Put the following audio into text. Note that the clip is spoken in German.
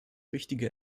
wichtige